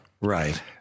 Right